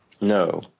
No